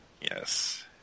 Yes